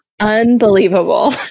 unbelievable